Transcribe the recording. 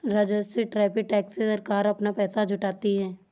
राजस्व tariff tax से सरकार अपना पैसा जुटाती है